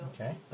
Okay